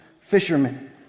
fishermen